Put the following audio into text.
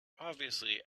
obviously